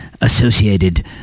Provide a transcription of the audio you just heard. associated